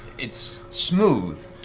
it's smooth,